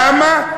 למה?